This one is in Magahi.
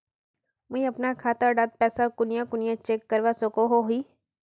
मुई अपना खाता डात पैसा कुनियाँ कुनियाँ चेक करवा सकोहो ही?